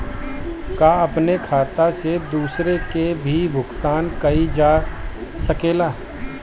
का अपने खाता से दूसरे के भी भुगतान कइल जा सके ला?